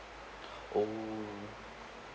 oh